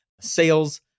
sales